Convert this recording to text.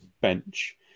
bench